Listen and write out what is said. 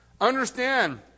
Understand